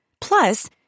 Plus